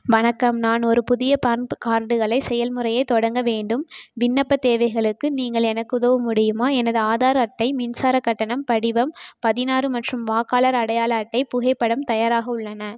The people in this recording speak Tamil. வணக்கம் நான் ஒரு புதிய பான் கார்டுகளை செயல்முறையைத் தொடங்க வேண்டும் விண்ணப்பத் தேவைகளுக்கு நீங்கள் எனக்கு உதவ முடியுமா எனது ஆதார் அட்டை மின்சாரக் கட்டணம் படிவம் பதினாறு மற்றும் வாக்காளர் அடையாள அட்டை புகைப்படம் தயாராக உள்ளன